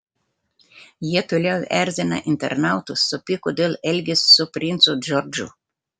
jie toliau erzina internautus supyko dėl elgesio su princu džordžu